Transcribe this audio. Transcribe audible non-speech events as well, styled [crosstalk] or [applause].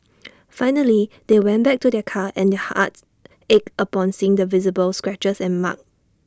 [noise] finally they went back to their car and their hearts ached upon seeing the visible scratches and marks